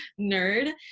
nerd